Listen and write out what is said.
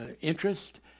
interest